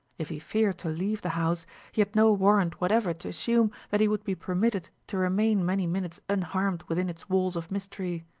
if he feared to leave the house he had no warrant whatever to assume that he would be permitted to remain many minutes unharmed within its walls of mystery.